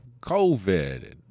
COVID